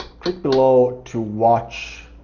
click below to watch